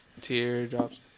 Teardrops